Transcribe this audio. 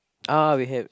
ah we have